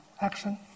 action